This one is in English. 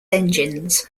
engines